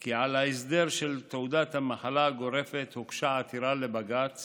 כי על ההסדר של תעודת המחלה הגורפת הוגשה עתירה לבג"ץ